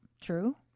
True